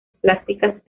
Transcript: plásticas